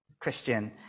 Christian